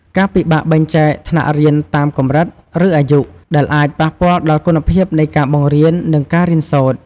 ការពិបាកបែងចែកថ្នាក់រៀនតាមកម្រិត ឬអាយុ ដែលអាចប៉ះពាល់ដល់គុណភាពនៃការបង្រៀន និងការរៀនសូត្រ។